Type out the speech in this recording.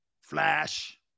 Flash